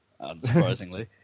unsurprisingly